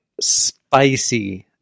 spicy